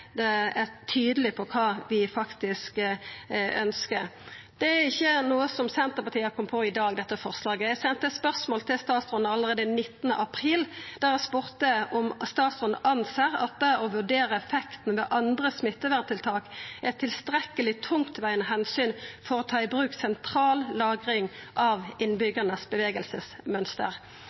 tydeleg på kva vi faktisk ønskjer. Dette forslaget er ikkje noko Senterpartiet har kome på i dag. Eg sende eit spørsmål til statsråden allereie den 19. april der eg spurde om han ser på det å vurdera effekten av andre smitteverntiltak som eit tilstrekkeleg tungtvegande omsyn for å ta i bruk sentral lagring av